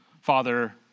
father